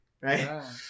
right